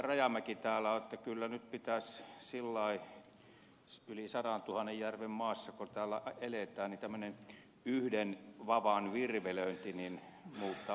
rajamäki täällä että nyt kyllä pitäisi yli sadantuhannen järven maassa kun eletään tämmöinen yhden vavan virvelöinti muuttaa maksuttomaksi niin kuin pilkkiminenkin